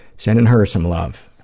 sending her some love.